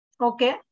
okay